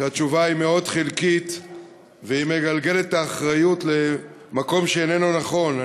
שהתשובה היא מאוד חלקית והיא מגלגלת את האחריות למקום שאיננו נכון.